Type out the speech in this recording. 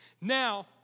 Now